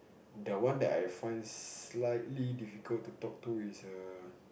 the one that I find slightly difficult to talk to is err